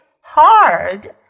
hard